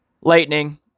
Lightning